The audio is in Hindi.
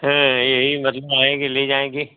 हाँ यही आएंगे ले जाएंगे